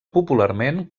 popularment